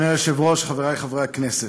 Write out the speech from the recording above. אדוני היושב-ראש, חברי חברי הכנסת,